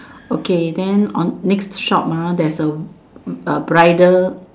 okay then on next shop ah there's a a bridal